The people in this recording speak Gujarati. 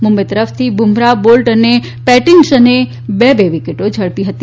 મુંબઇ તરફથી બુમરાહ બોલ્ટ અને પેટીનસને બે બે વિકેટો ઝડપી હતી